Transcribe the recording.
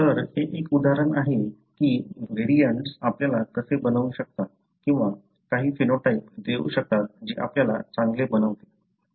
तर हे एक उदाहरण आहे की व्हेरिएटन्स आपल्याला कसे बनवू शकतात किंवा काही फिनोटाइप देऊ शकतात जे आपल्याला चांगले बनवते